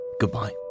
Goodbye